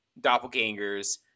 doppelgangers